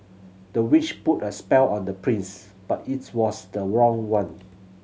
the witch put a spell on the prince but it's was the wrong one